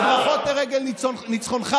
אז ברכות לרגל ניצחונך.